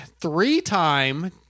three-time